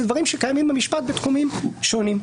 זה דברים שקיימים במשפט בתחומים שונים.